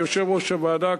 כיושב-ראש הוועדה,